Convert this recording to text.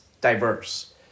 diverse